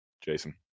jason